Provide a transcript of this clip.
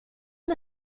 the